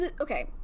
Okay